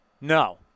No